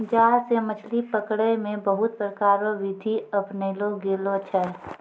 जाल से मछली पकड़ै मे बहुत प्रकार रो बिधि अपनैलो गेलो छै